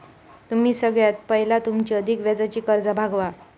तुम्ही सगळ्यात पयला तुमची अधिक व्याजाची कर्जा भागवा